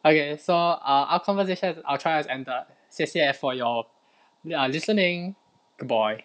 okay so our conversation our trial has ended 谢谢 for your listening goodbye